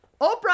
Oprah